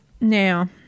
Now